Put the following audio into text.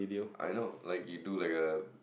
I know like you do like a